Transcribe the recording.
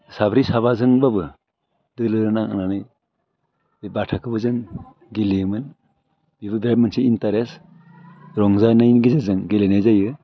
साब्रै साबा जोंबाबो दोलो नांनानै बे बाथाखौबो जों गेलेयोमोन बेबो बिराद मोनसे इन्टारेस्ट रंजानायनि गेजेरजों गेलेनाय जायो